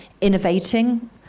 innovating